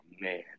man